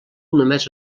només